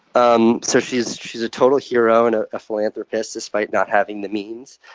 um so she's she's a total hero and ah a philanthropist, despite not having the means.